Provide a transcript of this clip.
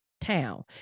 town